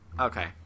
Okay